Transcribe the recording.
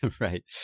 Right